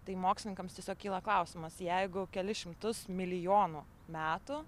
tai mokslininkams tiesiog kyla klausimas jeigu kelis šimtus milijonų metų